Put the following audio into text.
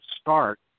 start